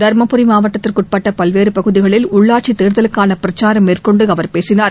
தர்மபுரி மாவட்டத்திற்குட்பட்ட பல்வேறு பகுதிகளில் உள்ளாட்சித் தேர்தலுக்கான பிரச்சாரம் மேற்கொண்டு அவர் பேசினார்